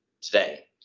today